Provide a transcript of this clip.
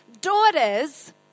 daughters